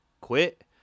quit